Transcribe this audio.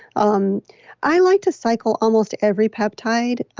um i like to cycle almost every peptide.